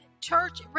church